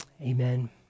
Amen